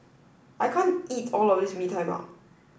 I can't eat all of this Bee Tai Mak